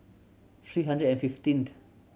three hundred and fifteenth